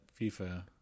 FIFA